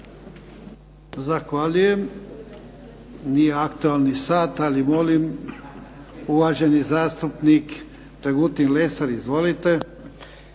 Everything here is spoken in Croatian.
Zahvaljujem. Nije aktualni sat, ali molim uvaženi zastupnik Dragutin Lesar. Izvolite.